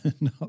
No